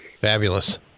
Fabulous